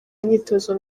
imyitozo